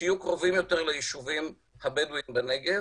שיהיו קרובים יותר ליישובים הבדואיים בנגב,